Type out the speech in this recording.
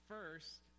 First